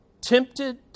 Tempted